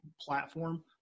platform